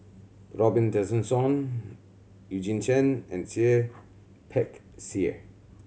Robin Tessensohn Eugene Chen and Seah Peck Seah